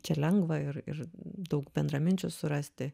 čia lengva ir ir daug bendraminčių surasti